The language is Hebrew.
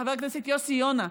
חבר הכנסת יוסי יונה,